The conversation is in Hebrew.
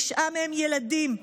תשעה מהם ילדים,